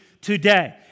today